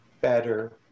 better